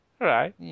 right